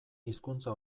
hizkuntza